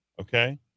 okay